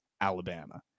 Alabama